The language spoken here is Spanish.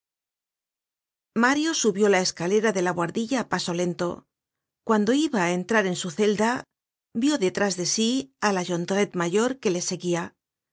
mario subió la escalera de la buhardilla á paso lento cuando iba á entrar en su celda vió detrás de sí á la jondrette mayor que le seguia